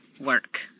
work